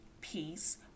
peace